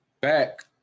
back